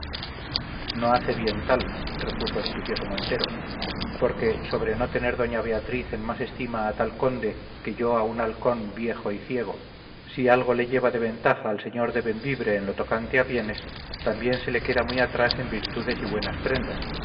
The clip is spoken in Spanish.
no hace bien tal repuso el juicioso montero porque sobre no tener doña beatriz en más estima al tal conde que yo a un halcón viejo y ciego si algo le lleva de ventaja al señor de bembibre en lo tocante a bienes también se le queda muy atrás en virtudes y buenas prendas